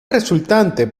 resultante